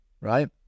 right